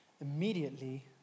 immediately